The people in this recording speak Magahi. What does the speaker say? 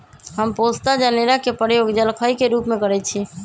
हम पोस्ता जनेरा के प्रयोग जलखइ के रूप में करइछि